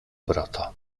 brata